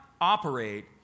operate